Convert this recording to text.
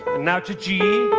now to g.